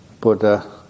Buddha